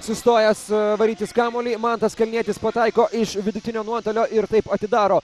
sustojęs varytis kamuolį mantas kalnietis pataiko iš vidutinio nuotolio ir taip atidaro